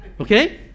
Okay